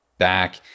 back